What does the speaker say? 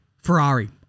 Ferrari